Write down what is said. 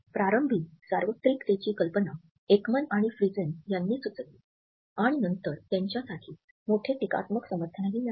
प्रारंभी सार्वत्रिकतेची कल्पना एकमन आणि फ्रीसन यांनी सुचवली आणि नंतर त्यांच्यासाठी मोठे टीकात्मक समर्थनही मिळाले